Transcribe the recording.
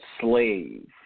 slave